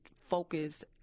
focus